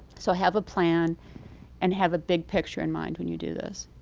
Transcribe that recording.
so have a plan and have a big picture in mind when you do this,